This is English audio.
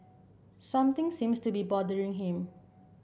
something seems to be bothering him